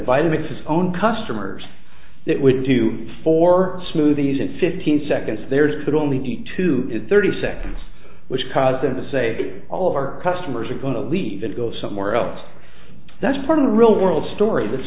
vita mix his own customers that would do it for smoothies in fifteen seconds there could only need to thirty seconds which caused them to say that all of our customers are going to leave and go somewhere else that's part of the real world story that's